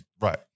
Right